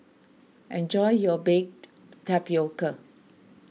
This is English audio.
enjoy your Baked Tapioca